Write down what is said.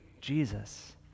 Jesus